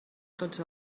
tots